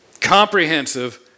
comprehensive